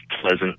pleasant